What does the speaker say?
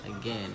again